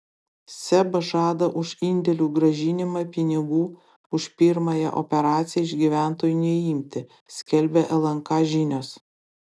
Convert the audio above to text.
seb žada už indėlių grąžinimą pinigų už pirmąją operaciją iš gyventojų neimti skelbia lnk žinios